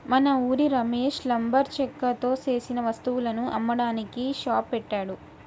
మన ఉరి రమేష్ లంబరు చెక్కతో సేసిన వస్తువులను అమ్మడానికి షాప్ పెట్టాడు